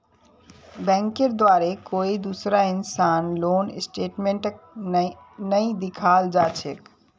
बैंकेर द्वारे कोई दूसरा इंसानक लोन स्टेटमेन्टक नइ दिखाल जा छेक